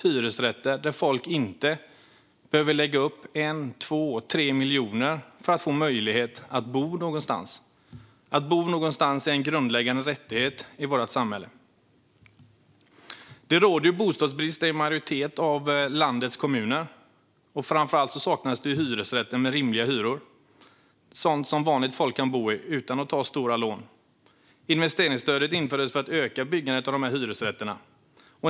Folk ska inte behöva lägga upp 1, 2 eller 3 miljoner för att få möjlighet att bo någonstans. Att bo någonstans är en grundläggande rättighet i vårt samhälle. Det råder bostadsbrist i en majoritet av landets kommuner. Framför allt saknas det hyresrätter med rimliga hyror, bostäder som vanligt folk kan bo i utan att ta stora lån. Investeringsstöden infördes för att öka byggandet av de här hyresrätterna.